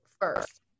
first